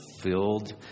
filled